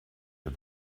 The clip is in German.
der